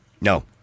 no